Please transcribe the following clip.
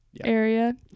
area